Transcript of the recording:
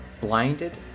blinded